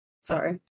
sorry